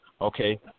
Okay